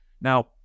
Now